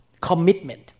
Commitment